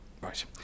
Right